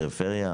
מהפריפריה,